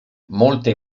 molte